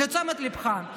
לתשומת ליבך.